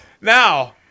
Now